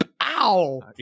Ow